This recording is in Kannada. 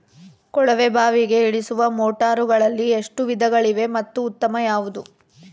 ಕೊಳವೆ ಬಾವಿಗೆ ಇಳಿಸುವ ಮೋಟಾರುಗಳಲ್ಲಿ ಎಷ್ಟು ವಿಧಗಳಿವೆ ಮತ್ತು ಉತ್ತಮ ಯಾವುದು?